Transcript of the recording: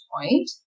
point